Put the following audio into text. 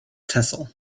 tehsil